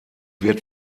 wird